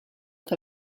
che